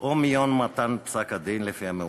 או מיום מתן פסק-הדין, לפי המאוחר.